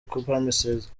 promises